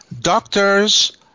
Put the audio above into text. doctors